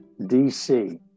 DC